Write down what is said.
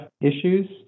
issues